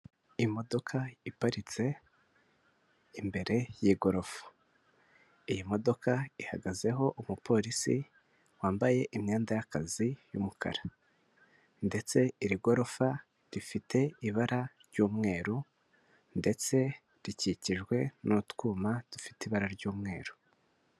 Imodoka iparitse imbere y'igorofa. Iyi modoka ihagazeho umupolisi wambaye imyenda y'akazi y'umukara ndetse iri gorofa rifite ibara ry'umweru, ndetse rikikijwe n'utwuma dufite ibara ry'umweru.